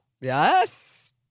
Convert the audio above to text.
yes